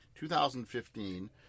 2015